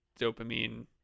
dopamine